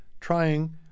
trying